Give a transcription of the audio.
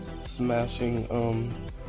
smashing